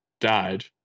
died